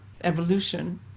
evolution